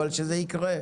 אבל שזה יקרה.